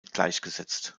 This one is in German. gleichgesetzt